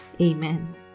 Amen